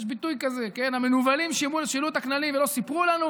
יש ביטוי כזה: המנוולים שינו את הכללים ולא סיפרו לנו,